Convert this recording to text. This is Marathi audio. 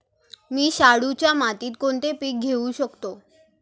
मी शाडूच्या मातीत कोणते पीक घेवू शकतो?